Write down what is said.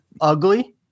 ugly